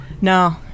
No